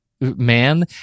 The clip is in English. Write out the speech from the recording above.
man